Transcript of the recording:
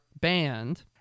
banned